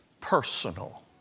personal